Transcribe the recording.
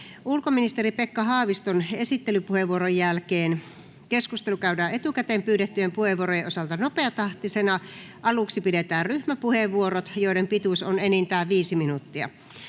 Ulkoministeri Pekka Haaviston esittelypuheenvuoron jälkeen keskustelu käydään etukäteen pyydettyjen puheenvuorojen osalta nopeatahtisena. Aluksi pidetään ryhmäpuheenvuorot, joiden pituus on enintään 5 minuuttia.